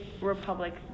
Republic